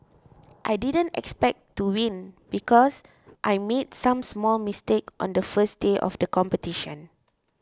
I didn't expect to win because I made some small mistakes on the first day of the competition